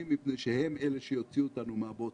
מפני שהם אלה שיוציאו אותנו מהבוץ.